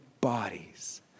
bodies